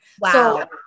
Wow